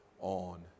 on